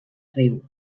riu